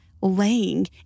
laying